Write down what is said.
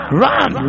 run